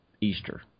Easter